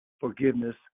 forgiveness